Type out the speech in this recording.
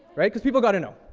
right? cause people gotta know.